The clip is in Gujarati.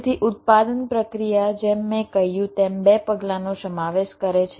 તેથી ઉત્પાદન પ્રક્રિયા જેમ મેં કહ્યું તેમ બે પગલાંનો સમાવેશ કરે છે